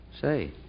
say